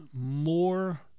more